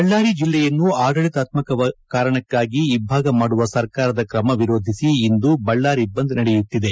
ಬಳ್ಳಾರಿ ಜಿಲ್ಲೆಯನ್ನು ಆಡಳಿತಾತ್ಮಕ ಕಾರಣಕ್ಕಾಗಿ ಇಬ್ಬಾಗ ಮಾದುವ ಸರ್ಕಾರದ ಕ್ರಮ ವಿರೋಧಿಸಿ ಇಂದು ಬಳ್ಳಾರಿ ಬಂದ್ ನಡೆಯುತ್ತಿದೆ